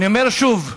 אני אומר שוב: